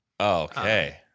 Okay